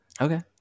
Okay